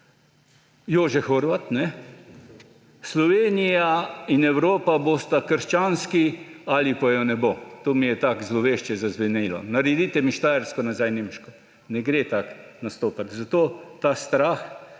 Jože Horvat rekel – Slovenija in Evropa bosta krščanski; ali pa je ne bo. To mi je tako zlovešče zazvenelo. Naredite mi Štajersko nazaj nemško. Ne gre tako nastopati. Zato ta strah,